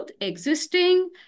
existing